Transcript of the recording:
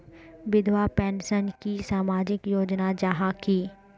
विधवा पेंशन की सामाजिक योजना जाहा की?